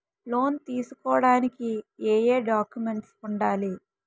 Loan తీసుకోడానికి ఏయే documents వుండాలి?